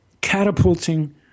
catapulting